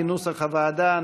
כנוסח הוועדה.